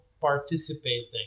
participating